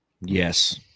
Yes